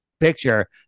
picture